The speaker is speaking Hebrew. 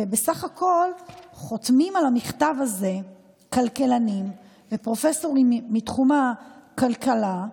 בסך הכול חותמים על המכתב הזה כלכלנים ופרופסורים מתחום הכלכלה,